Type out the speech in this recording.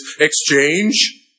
exchange